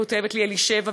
כותבת לי אלישבע,